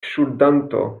ŝuldanto